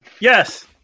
Yes